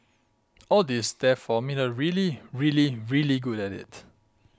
all this therefore made her really really really good at it